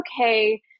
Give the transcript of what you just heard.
okay